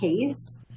case